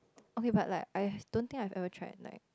okay but like I don't think I've ever try like